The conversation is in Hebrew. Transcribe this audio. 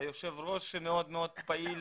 היושב ראש שמאוד מאוד פעיל